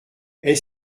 est